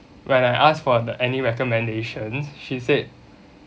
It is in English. when I asked for the any recommendations she said